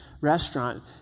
restaurant